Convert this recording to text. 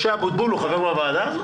משה אבוטבול הוא חבר בוועדה הזאת?